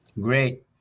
Great